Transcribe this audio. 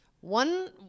One